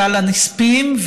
ועל הנספים,